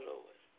Lord